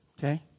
Okay